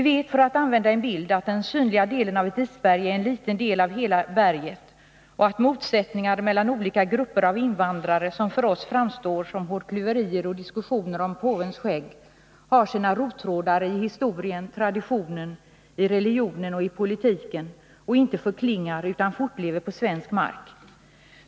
Vi vet — för att använda en bild — att den synliga delen av isberget är en liten del av hela berget, och att motsättningar mellan olika grupper av invandrare som för oss framstår som hårklyverier och diskussioner om påvens skägg har sina rottrådar i historien, traditionen, religionen och politiken. De motsättningarna förklingar inte utan fortlever på svensk mark.